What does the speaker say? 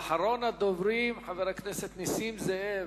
ואחרון הדוברים הוא חבר הכנסת נסים זאב,